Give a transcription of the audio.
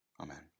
Amen